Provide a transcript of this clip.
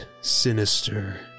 sinister